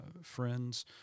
friends